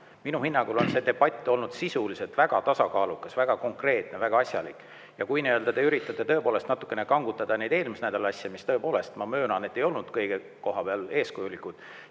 minu hinnangul on see debatt olnud sisuliselt väga tasakaalukas, väga konkreetne, väga asjalik. Ja kui te üritate natukene kangutada neid eelmise nädala asju, mis tõepoolest, ma möönan, ei olnud kõiges eeskujulikud,